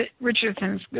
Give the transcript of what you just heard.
Richardson